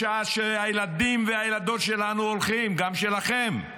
בשעה שהילדים והילדות שלנו, גם שלכם,